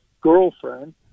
girlfriend